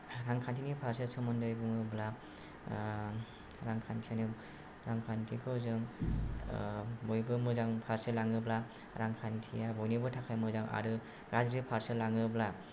रांखान्थिनि फारसे सोमोन्दै बुङोब्ला रांखान्थियानो रांखान्थिखौ जों बयबो मोजां फारसे लाङोब्ला रांखान्थिया बयनिबो थाखाय मोजां आरो गाज्रि फारसे लाङोब्ला